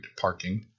parking